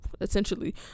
essentially